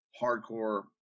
hardcore